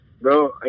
Bro